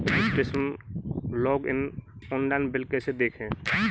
Registration login online bill कैसे देखें?